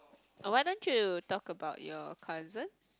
ah why don't you talk about your cousins